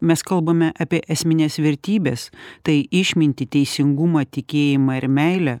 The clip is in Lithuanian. mes kalbame apie esmines vertybes tai išmintį teisingumą tikėjimą ir meilę